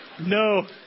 No